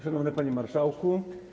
Szanowny Panie Marszałku!